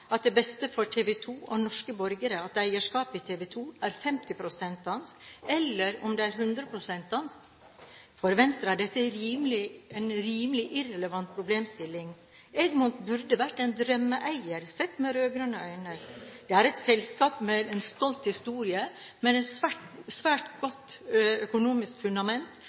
er 100 pst. dansk? For Venstre er dette en rimelig irrelevant problemstilling. Egmont burde vært en drømmeeier, sett med rød-grønne øyne. Det er et selskap med en stolt historie, med et svært godt økonomisk fundament,